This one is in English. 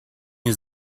his